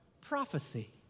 prophecy